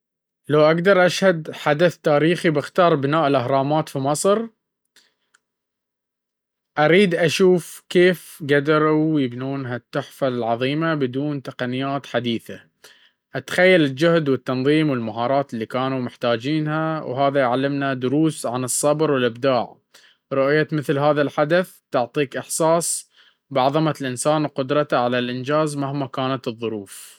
لو أقدر أشهد حدث تاريخي، باختار بناء الأهرامات في مصر. أريد أشوف كيف قدروا يبنون هالتحفة العظيمة بدون تقنيات حديثة. أتخيل الجهد والتنظيم والمهارة اللي كانوا محتاجينها، وهذا يعلمنا دروس عن الصبر والإبداع. رؤية مثل هذا الحدث تعطيك إحساس بعظمة الإنسان وقدرته على الإنجاز مهما كانت الظروف..